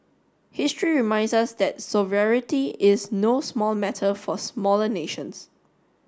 history reminds us that sovereignty is no small matter for smaller nations